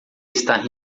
estar